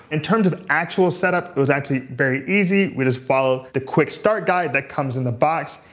in terms of actual setup, it was actually very easy. we just followed the quick start guide that comes in the box,